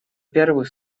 первых